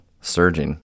surging